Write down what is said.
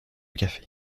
café